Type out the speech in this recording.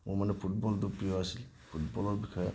মোৰ মানে ফুটবলটো প্ৰিয় আছিল ফুটবলৰ বিষয়ে